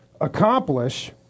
accomplish